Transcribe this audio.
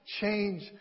change